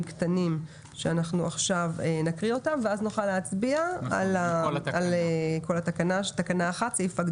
קטנים שאנחנו עכשיו נקריא אותן ואז נוכל להצביע על כל תקנה 1,